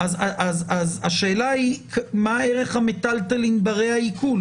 אבל מה שאמרת עו"ד הר אבן הוא דבר שצריך לחשוב עליו.